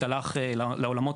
הבעיה היא שהן חורגות משדות